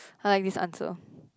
I like this answer